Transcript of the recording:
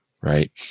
right